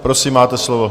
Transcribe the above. Prosím, máte slovo.